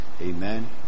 Amen